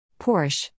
Porsche